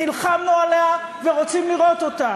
נלחמנו עליה ורוצים לראות אותה.